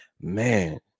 man